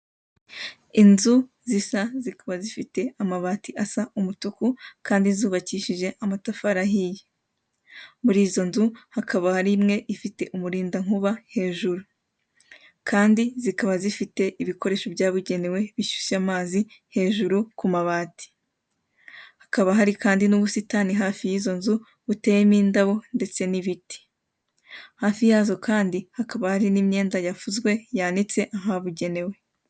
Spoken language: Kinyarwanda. Inzu zisa zikaba zifite amabati asa umutuku kandi zubakishije amatafari ahiye, muri izo nzu hakaba hari imwe ifite umurinda nkuba hejuru kandi zikaba zifite ibikoresho byabugenewe bishyushya amazi, hejuru ku mabati, hakaba hari kandi n'ubusitani hafi yizo nzu buteyemo indabo ndetse ni biti, hafi yazo kandi hakaba hari n'imyenda yafuzwe yanitse ahabugenewe.